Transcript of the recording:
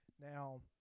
Now